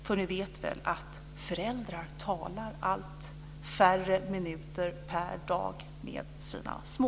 För ni vet väl att föräldrar talar allt färre minuter per dag med sina små.